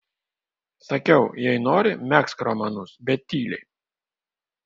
sakiau jei nori megzk romanus bet tyliai